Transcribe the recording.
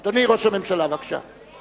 אדוני ראש הממשלה, בבקשה.